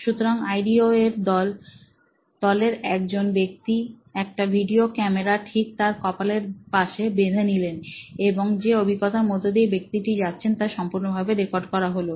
সুতরাংআইডিও এর দল একজন ব্যক্তি একটা ভিডিও ক্যামেরা ঠিক তাদের কপালের পাশে বেঁধে নিলেন এবং যে অভিজ্ঞতার মধ্য দিয়ে ব্যক্তিটি যাচ্ছেন তা সম্পূর্ণ ভাবে রেকর্ড করা হলো